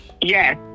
Yes